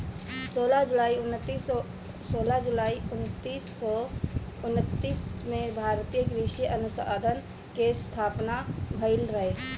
सोलह जुलाई उन्नीस सौ उनतीस में भारतीय कृषि अनुसंधान के स्थापना भईल रहे